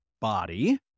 body